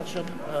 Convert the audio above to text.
כן, בהגדרות.